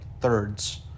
thirds